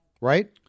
Right